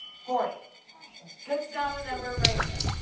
forty good solid number. right in there.